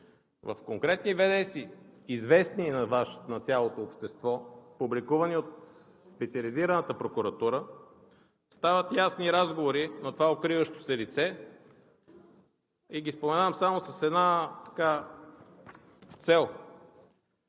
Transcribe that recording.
В конкретни ВДС-и, известни на цялото общество, публикувани от Специализираната прокуратура, стават ясни разговори на това укриващо се лице. Споменавам ги само с една цел,